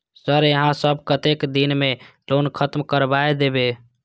Sir यहाँ सब कतेक दिन में लोन खत्म करबाए देबे?